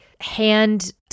hand